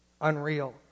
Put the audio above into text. unreal